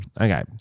Okay